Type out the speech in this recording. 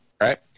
right